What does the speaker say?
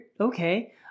okay